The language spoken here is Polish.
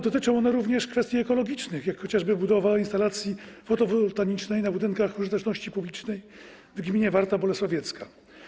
Dotyczą one również kwestii ekologicznych, jak chociażby obudowy instalacją fotowoltaiczną budynków użyteczności publicznej w gminie Warta Bolesławiecka.